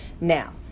Now